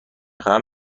خواهم